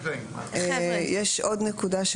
יש עוד נקודה.